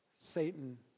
Satan